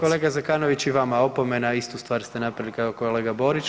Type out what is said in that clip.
Kolega Zekanović i vama opomena istu stvar ste napravili kao kolega Borić.